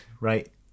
right